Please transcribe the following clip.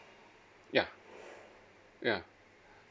ya ya